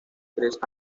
tres